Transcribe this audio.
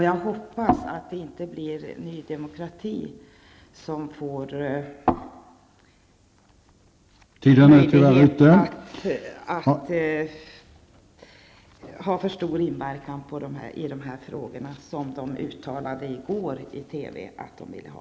Jag hoppas att det inte blir Ny Demokrati som får möjlighet att ha för stor inverkan i dessa frågor, såsom man uttalade i går i TV att man vill ha.